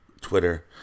Twitter